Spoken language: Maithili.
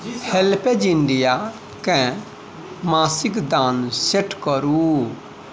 हेल्पेज इण्डिया केँ मासिक दान सेट करू